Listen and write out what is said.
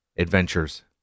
adventures